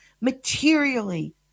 materially